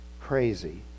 crazy